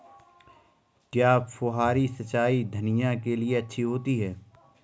क्या फुहारी सिंचाई धनिया के लिए अच्छी होती है?